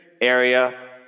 area